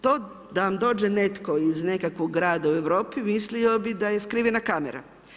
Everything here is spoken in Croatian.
To da vam dođe netko iz nekakvog grada u Europi, mislio bi da je skrivena kamera.